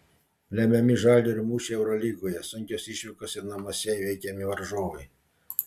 lemiami žalgirio mūšiai eurolygoje sunkios išvykos ir namuose įveikiami varžovai